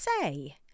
say